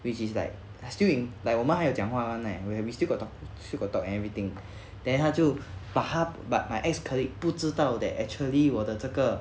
which is like we still in like 我们还有讲话 [one] eh 我有 we still got still got talk everything then 他就 but 他 but my ex colleague 不知道 that actually 我的这个